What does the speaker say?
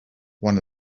one